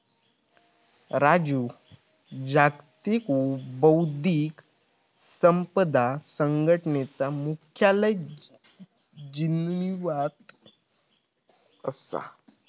राजू जागतिक बौध्दिक संपदा संघटनेचा मुख्यालय जिनीवात असा